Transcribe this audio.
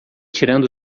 tirando